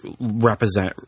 represent